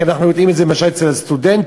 כי אנחנו יודעים שלמשל אצל הסטודנטים,